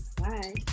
Bye